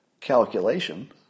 calculation